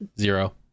zero